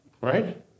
Right